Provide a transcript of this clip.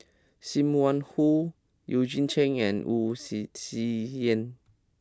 Sim Wong Hoo Eugene Chen and Wu Tsai Yen